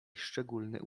szczególny